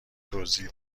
توضیح